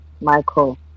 Michael